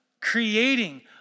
creating